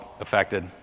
affected